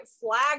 flag